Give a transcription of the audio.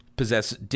possess